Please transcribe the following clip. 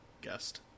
guest